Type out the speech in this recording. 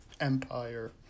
empire